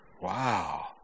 Wow